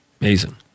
Amazing